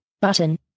button